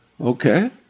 Okay